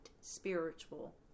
spiritual